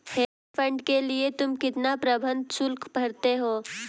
Hedge fund के लिए तुम कितना प्रबंधन शुल्क भरते हो?